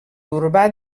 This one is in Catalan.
urbà